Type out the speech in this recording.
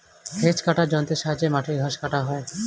hedge কাটার যন্ত্রের সাহায্যে মাটির ঘাস কাটা হয়